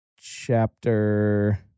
chapter